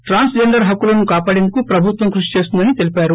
trans gender హక్కులను కాపాడేందుకు ప్రభుత్వం కృషి చేస్తుందని తెలిపారు